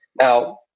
Now